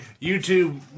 YouTube